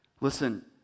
Listen